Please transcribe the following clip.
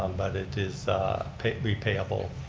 um but it is repayable,